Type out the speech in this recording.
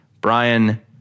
Brian